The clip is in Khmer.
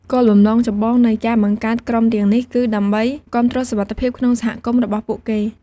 គោលបំណងចម្បងនៃការបង្កើតក្រុមទាំងនេះគឺ ដើម្បីគាំទ្រសុវត្ថិភាពក្នុងសហគមន៍របស់ពួកគេ។